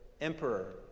emperor